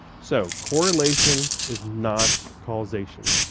so correlation is not causation.